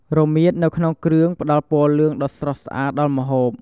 រមៀតនៅក្នុងគ្រឿងផ្ដល់ពណ៌លឿងដ៏ស្រស់ស្អាតដល់ម្ហូប។